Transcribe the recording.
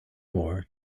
more